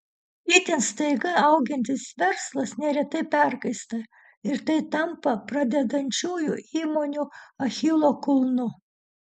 itin staiga augantis verslas neretai perkaista ir tai tampa pradedančiųjų įmonių achilo kulnu